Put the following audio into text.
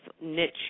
niche